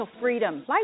freedom